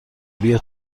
بیا